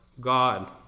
God